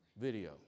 video